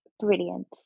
brilliant